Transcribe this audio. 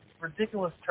ridiculous